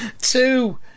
two